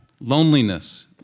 loneliness